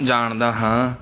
ਜਾਣਦਾ ਹਾਂ